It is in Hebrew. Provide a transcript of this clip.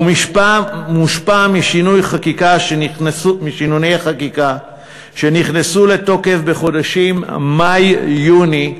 הוא מושפע משינויי החקיקה שנכנסו לתוקף בחודשים מאי יוני,